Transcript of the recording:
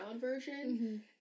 version